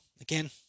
again